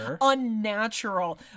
unnatural